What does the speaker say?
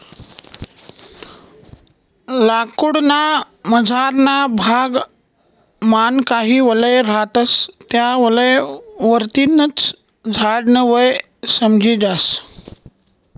लाकूड ना मझारना भाग मान काही वलय रहातस त्या वलय वरतीन च झाड न वय समजी जास